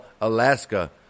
Alaska